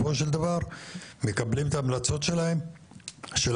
נושא חיבור של השכונה עם כביש 89 חייב להיות חיבור לכביש 89. לא